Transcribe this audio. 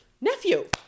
nephew